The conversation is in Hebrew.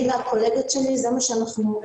אני והקולגות שלנו זה מה שהרגשנו.